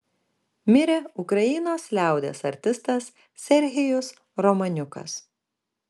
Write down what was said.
mirė ukrainos liaudies artistas serhijus romaniukas